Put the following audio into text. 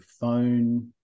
phone